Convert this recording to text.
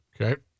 okay